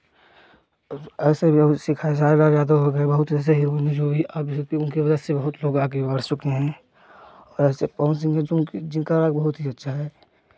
ऐसे लोग जैसे खेसारी लाल यादव हो गए बहुत ऐसे उनके वजह से बहुत लोग आगे बढ़ चुके हैं और ऐसे पवन सिंह जिनका बहुत ही अच्छा है